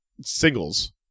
singles